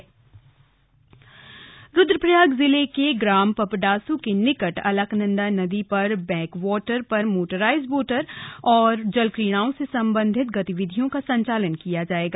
जल क्रीडा रुद्रप्रयाग जिले के ग्राम पपडासू के निकट अलकनंदा नदी पर बैक यॉटर पर मोटराइज्ड बोट और जल क्रीड़ाओं से सम्बन्धित गतिविधियों का संचालन किया जाएगा